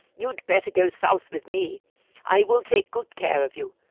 you had better go south with me i will take good care of you.